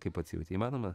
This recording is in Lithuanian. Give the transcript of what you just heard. kaip pats jauti įmanoma